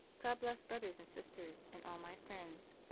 god bless brothers and sisters, and all my friends.